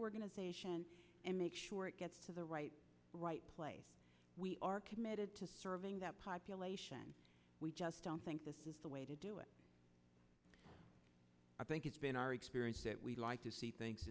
to make sure it gets to the right right place we are committed to serving that population we just don't think this is the way to do it i think it's been our experience that we like to see th